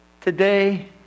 Today